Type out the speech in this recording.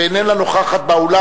שאיננה נוכחת באולם,